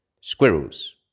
Squirrels